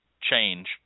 change